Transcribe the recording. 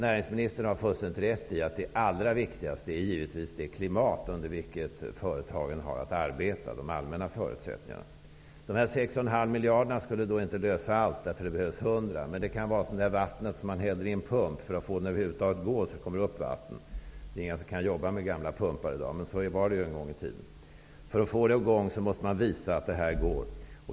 Näringsministern har fullständigt rätt i att det allra viktigaste givetvis är det klimat under vilket företagen har att arbeta och de allmänna förutsättningarna. De 6,5 miljarderna skulle inte lösa allt, eftersom det behövs 100 miljarder. Men de kan vara som det vatten man häller i en pump för att få den att över huvud taget fungera så att det kommer upp vatten. Det är ingen som kan arbeta med gamla pumpar i dag. Men så fungerade de en gång i tiden. För att få i gång verksamheten måste man visa att det går.